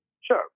Sure